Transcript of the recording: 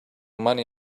money